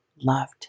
loved